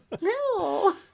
No